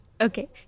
Okay